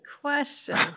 question